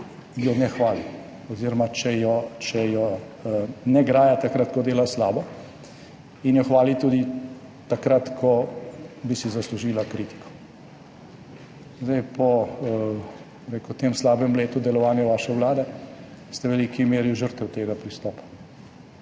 korpus [naredi,] če je ne graja takrat, ko dela slabo in jo hvali tudi takrat, ko bi si zaslužila kritiko. Po tem slabem letu delovanja vaše vlade ste v veliki meri žrtev tega pristopa.